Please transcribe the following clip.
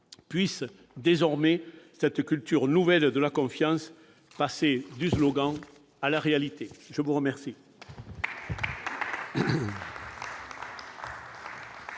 Puisse désormais cette culture nouvelle de la confiance passer du slogan à la réalité ... Mes chers